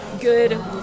good